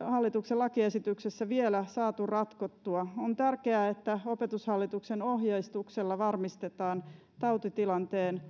hallituksen lakiesityksessä vielä saatu ratkottua on tärkeää että opetushallituksen ohjeistuksella varmistetaan tautitilanteen